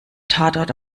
tatort